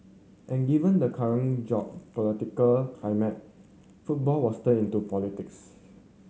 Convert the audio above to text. and given the current geopolitical climate football was turned into politics